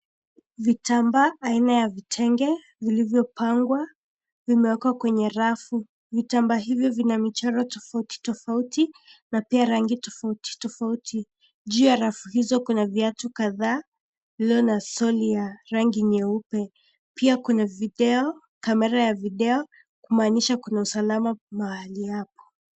Vitambaa aina ya vitenge, vilivyopangwa, vimeekwa kwenye rafu. Vitamba hivyo vina michoro tofauti tofauti na pia rangi tofauti tofauti. Juu ya rafu hizo kuna viatu kadhaa, lilio na soli ya rangi nyeupe. Pia kuna video, kamera ya video, kumaanisha kuna usalama kwa mahali hapo.